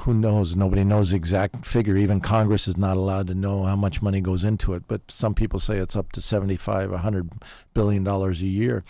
who knows nobody knows exactly figure even congress is not allowed to know how much money goes into it but some people say it's up to seventy five one hundred billion dollars a year